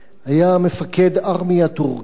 היה מפקד הארמיה הטורקית